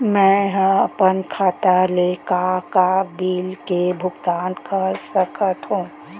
मैं ह अपन खाता ले का का बिल के भुगतान कर सकत हो